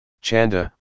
Chanda